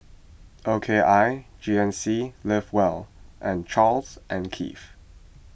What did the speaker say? O K I G N C Live Well and Charles and Keith